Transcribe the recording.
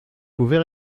pouvez